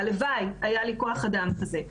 הלוואי שהיה לי כוח אדם כזה.